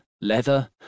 leather